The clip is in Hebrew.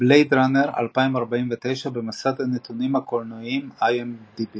"בלייד ראנר 2049", במסד הנתונים הקולנועיים IMDb